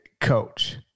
coach